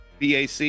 BAC